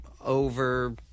over